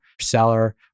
seller